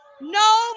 No